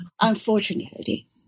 Unfortunately